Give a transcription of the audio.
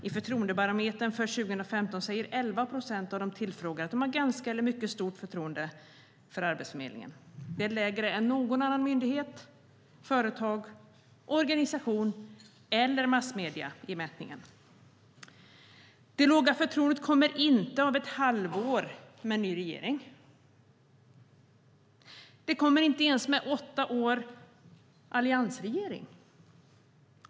I Förtroendebarometern för 2015 säger 11 procent av de tillfrågade att de har ganska eller mycket stort förtroende för Arbetsförmedlingen. Det är lägre än alla andra myndigheter, företag, organisationer eller massmedier i mätningen. Det låga förtroendet kommer inte av ett halvår med ny regering. Det kommer inte ens av åtta år med alliansregering.